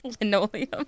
Linoleum